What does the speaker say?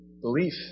belief